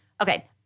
Okay